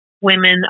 women